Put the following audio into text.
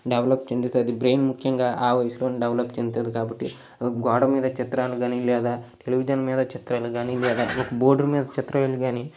develop చెందుతుంది brain ముఖ్యంగా ఆ వయసులోనే డెవలప్ చెందుతుంది కాబట్టి గోడ మీద చిత్రాలు కానీ లేదా టెలివిజన్ మీద చిత్రాలు కానీ లేదా ఒక బోర్డు మీద చిత్రాలు కానీ